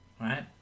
Right